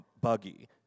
buggy